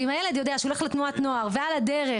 ואם הילד יודע שהוא הולך לתנועת נוער ועל הדרך